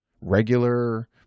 Regular